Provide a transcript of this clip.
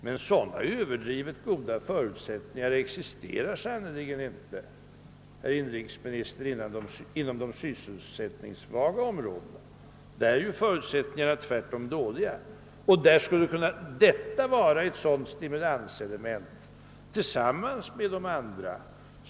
Men sådana överdrivet goda förutsättningar existerar sannerligen inte, herr inrikesminister, inom de sysselsättningssvaga områdena. Där är ju förutsättningarna tvärtom dåliga, och där skulle arbetsgivaravgiftens borttagande kunna vara ett stimulanselement tillsammans med andra.